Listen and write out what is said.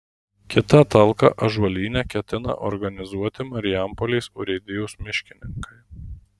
kitą talką ąžuolyne ketina organizuoti marijampolės urėdijos miškininkai